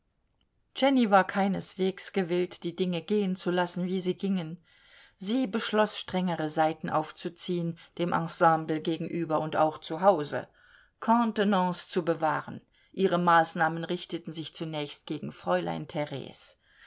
jenny war keineswegs gewillt die dinge gehen zu lassen wie sie gingen sie beschloß strengere saiten aufzuziehen dem ensemble gegenüber und auch zu hause contenance zu bewahren ihre maßnahmen richteten sich zunächst gegen fräulein theres